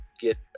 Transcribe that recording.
get